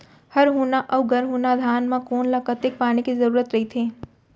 हरहुना अऊ गरहुना धान म कोन ला कतेक पानी के जरूरत रहिथे?